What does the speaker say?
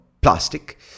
plastic